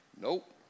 Nope